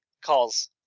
calls